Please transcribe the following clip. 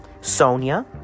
Sonia